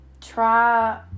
try